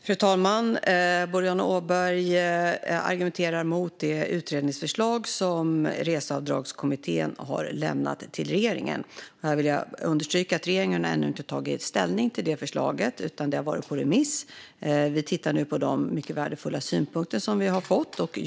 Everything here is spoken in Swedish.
Fru talman! Boriana Åberg argumenterar mot det utredningsförslag som Reseavdragskommittén har lämnat till regeringen. Jag vill understryka att regeringen ännu inte har tagit ställning till förslaget. Det har varit ute på remiss. Vi tittar nu på de mycket värdefulla synpunkter som vi har fått.